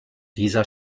dieser